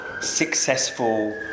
successful